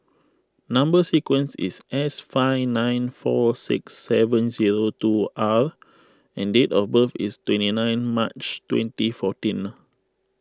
Number Sequence is S five nine four six seven zero two R and date of birth is twenty nine March twenty fourteen